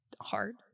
hard